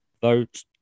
vote